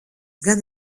gan